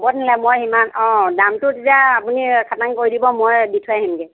হ'ব তেনেহ'লে মই সিমান অঁ দামটো তেতিয়া আপুনি খাটাং কৰি দিব মই দি থৈ আহিমগৈ